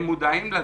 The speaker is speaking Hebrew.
הפקחים מודעים לכך.